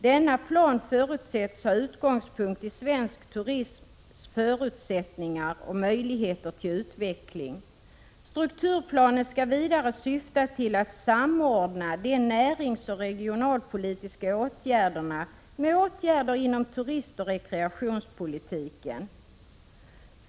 Denna plan förutsätts ha utgångspunkt i svensk turisms förutsättningar och möjligheter till utveckling. Strukturplanen skall vidare syfta till att samordna de näringsoch regionalpolitiska åtgärderna med åtgärder inom turistoch rekreationspolitiken.